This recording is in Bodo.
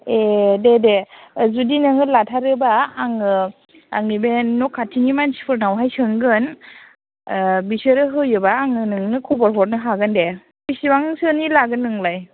ए दे दे जुदि नोङो लाथारोबा आङो आंनि बे न' खाथिनि मानिसफोरनावहाय सोंगोन बिसोरो होयोबा आङो नोंनो खबर हरनो हागोन दे बिसिबांसोनि लागोन नोंलाय